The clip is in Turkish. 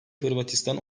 hırvatistan